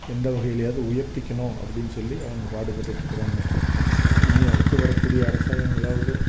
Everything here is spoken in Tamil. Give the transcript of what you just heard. எந்த வகையிலயாவது உயர்த்திக்கணும் அப்படின்னு சொல்லி அவங்க பாடுபட்டுட்டு இருக்கிறாங்க இனி அடுத்து வரக்கூடிய அரசாங்கங்களாவது